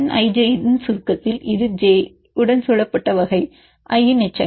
N ij இன் சுருக்கத்தில் இது j உடன் சூழப்பட்ட வகை i இன் எச்சங்கள்